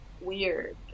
weird